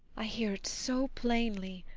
i hear it so plainly.